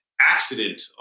accident